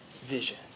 vision